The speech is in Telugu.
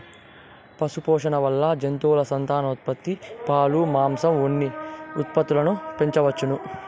పశుపోషణ వల్ల జంతువుల సంతానోత్పత్తి, పాలు, మాంసం, ఉన్ని ఉత్పత్తులను పెంచవచ్చును